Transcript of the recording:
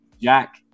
Jack